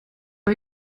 bei